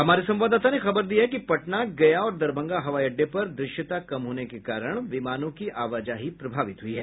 हमारे संवाददाता ने खबर दी है कि पटना गया और दरभंगा हवाई अड़डे पर दृश्यता कम होने के कारण विमानों की आवाजाही प्रभावित हुई है